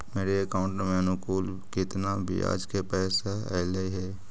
मेरे अकाउंट में अनुकुल केतना बियाज के पैसा अलैयहे?